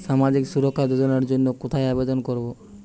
সামাজিক সুরক্ষা যোজনার জন্য কোথায় আবেদন করব?